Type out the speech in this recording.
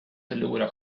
förlora